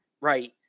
Right